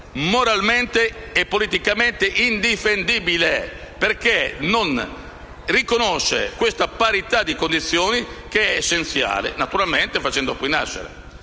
moralmente e politicamente indifendibile, perché non riconosce questa parità di condizioni, che è essenziale. Naturalmente ciò fa nascere